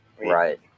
Right